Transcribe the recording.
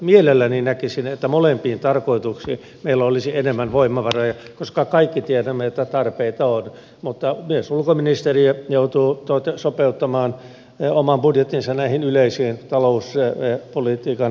mielelläni näkisin että molempiin tarkoituksiin meillä olisi enemmän voimavaroja koska kaikki tiedämme että tarpeita on mutta myös ulkoministeriö joutuu sopeuttamaan oman budjettinsa näihin yleisiin talouspolitiikan linjauksiin